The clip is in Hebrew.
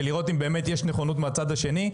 ולראות אם יש באמת נכונות מהצד השני.